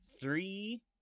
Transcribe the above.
three